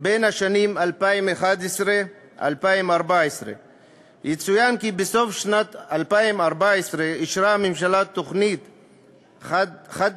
בשנים 2011 2014. יצוין כי בסוף שנת 2014 אישרה הממשלה תוכנית חד-שנתית,